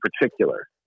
particular